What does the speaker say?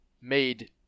made